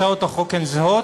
הצעות החוק הן זהות.